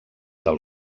del